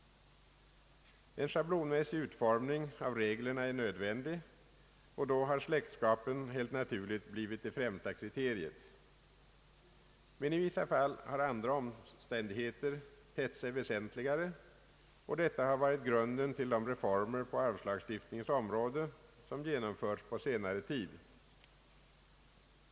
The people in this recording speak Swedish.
En schablonmässig utformning av reglerna är nödvändig, och då har släktskapen helt naturligt blivit det främsta kriteriet. Men i vissa fall har andra omständigheter tett sig väsentligare, och detta har varit grunden till de reformer på arvslagstiftningens område som genomförts på senare tid.